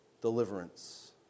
Deliverance